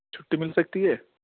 چھٹّی مل سکتی ہے